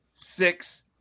Six